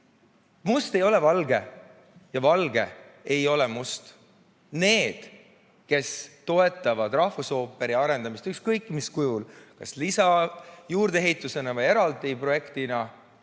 Must ei ole valge ja valge ei ole must. Need, kes toetavad rahvusooperi arendamist, ükskõik mis kujul, kas lisajuurdeehitisena või eraldi projektina,